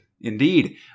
Indeed